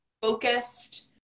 focused